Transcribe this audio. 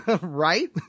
Right